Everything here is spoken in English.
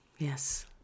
Yes